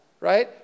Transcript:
right